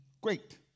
great